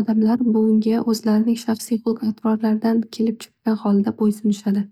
odamlar bunga o'zlarining shaxsiy xulq atvorlaridan kelib chiqqan holda bo'ysunishadi.